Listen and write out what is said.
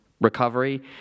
recovery